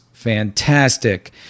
fantastic